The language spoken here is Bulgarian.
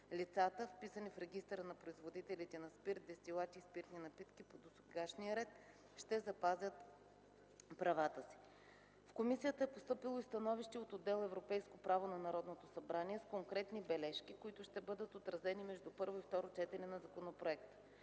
Лицата, вписани в регистъра на производителите на спирт, дестилати и спиртни напитки по досегашния ред, ще запазят правата си. В комисията е постъпило становище и от отдел „Европейско право” на Народното събрание, с конкретни бележки, които ще бъдат отразени между първо и второ четене на законопроекта.